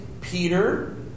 Peter